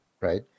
right